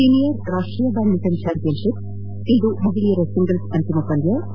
senior ರಾಷ್ಷೀಯ badminton championship ಇಂದು ಮಹಿಳೆಯರ ಸಿಂಗಲ್ಪ್ ಅಂತಿಮ ಪಂದ್ಯ